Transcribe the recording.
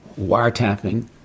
wiretapping